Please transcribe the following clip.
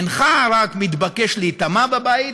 אינך רק מתבקש להיטמע בבית,